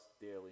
daily